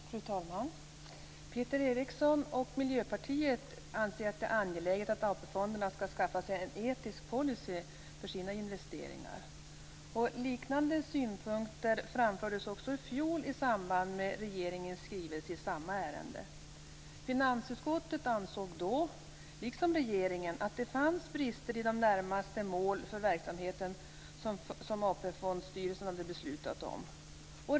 Fru talman! Peter Eriksson och Miljöpartiet anser att det är angeläget att AP-fonderna skaffar sig en etisk policy för sina investeringar. Liknande synpunkter framfördes också i fjol i samband med regeringens skrivelse i samma ärende. Finansutskottet ansåg då, liksom regeringen, att det fanns brister i de närmaste målen för verksamheten som AP fondsstyrelsen hade beslutat om.